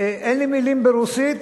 אין לי מלים ברוסית,